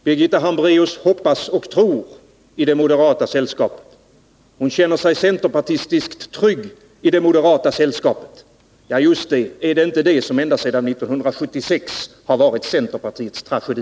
Herr talman! Birgitta Hambraeus hoppas och tror i det moderata sällskapet. Hon känner sig centerpartistiskt trygg i det moderata sällskapet. Just det! Är det inte det som ända sedan 1976 har varit centerpartiets tragedi?